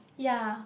ya